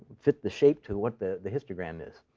fit the shape to what the the histogram is.